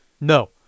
No